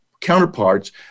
counterparts